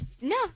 No